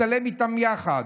תצטלם איתם יחד,